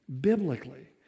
Biblically